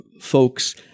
folks